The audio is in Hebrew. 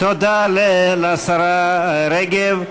תודה לשרה רגב.